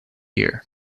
year